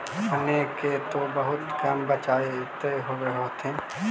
अपने के तो बहुते कम बचतबा होब होथिं?